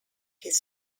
his